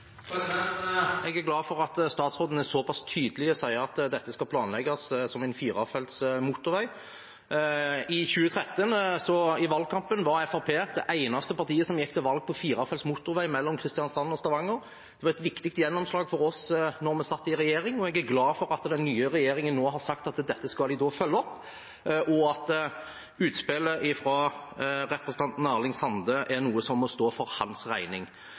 Jeg er glad for at statsråden er såpass tydelig og sier at dette skal planlegges som en firefelts motorvei. I valgkampen i 2013 var Fremskrittspartiet det eneste partiet som gikk til valg på firefelts motorvei mellom Kristiansand og Stavanger. Det var et viktig gjennomslag for oss da vi satt i regjering. Jeg er glad for at den nye regjeringen nå har sagt at de skal følge det opp, og at utspillet fra representanten Erling Sande er noe som må stå for hans regning.